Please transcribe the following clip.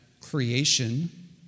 creation